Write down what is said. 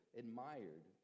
admired